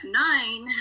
nine